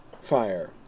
fire